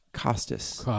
Costas